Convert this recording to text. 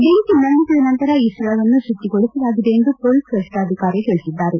ಬೆಂಕಿ ನಂದಿಸಿದ ನಂತರ ಈ ಸ್ಥಳವನ್ನು ಶುಚಿಗೊಳಿಸಲಾಗಿದೆ ಎಂದು ಪೊಲೀಸ್ ವರಿಷ್ಣಾಧಿಕಾರಿ ತಿಳಿಸಿದ್ದಾರೆ